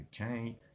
Okay